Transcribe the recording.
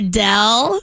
Adele